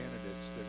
candidates